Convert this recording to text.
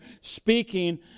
speaking